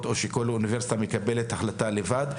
או שכל אוניברסיטה מקבלת החלטה לבד.